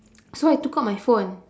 so I took out my phone